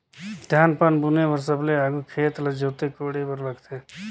धान पान बुने बर सबले आघु खेत ल जोते कोड़े बर लगथे